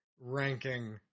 ranking